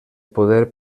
poder